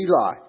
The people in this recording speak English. Eli